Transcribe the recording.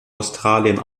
australien